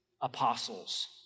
apostles